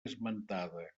esmentada